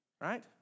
right